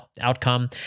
outcome